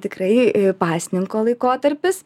tikrai pasninko laikotarpis